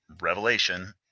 revelation